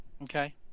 Okay